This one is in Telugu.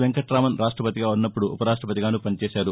వెంకటరామన్ రాష్టపతిగా ఉన్నపుడు ఉపరాష్టపతిగానూ పనిచేసారు